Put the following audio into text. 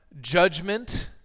judgment